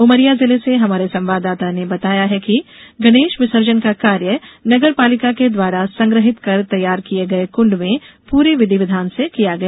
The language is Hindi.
उमरिया जिले से हमारे संवाददाता ने बताया है कि गणेश विसर्जन का कार्य नगरपालिका के द्वारा संग्रहित कर तैयार किये गये कुंड में पूरी विधि विधान से किया गया